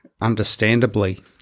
understandably